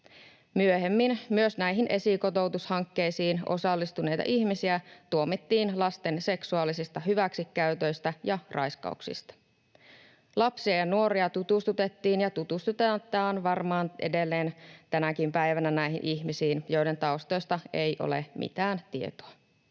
Myöhemmin myös näihin esikotoutushankkeisiin osallistuneita ihmisiä tuomittiin lasten seksuaalisista hyväksikäytöistä ja raiskauksista. Lapsia ja nuoria tutustutettiin ja tutustutetaan varmaan edelleen tänäkin päivänä näihin ihmisiin, joiden taustoista ei ole mitään tietoa.